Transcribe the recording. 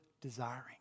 desiring